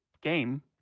game